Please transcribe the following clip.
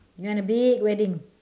you want a big wedding